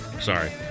Sorry